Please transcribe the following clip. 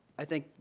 i think,